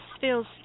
feels